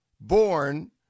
born